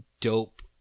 dope